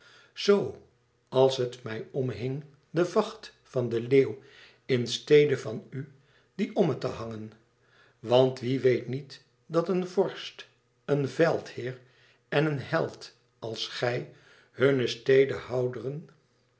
zoo als het mij omhing den vacht van den leeuw in stede van u dien omme te hangen want wie weet niet dat een vorst een veldheer en een held als gij hunne